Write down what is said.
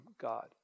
God